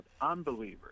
unbelievers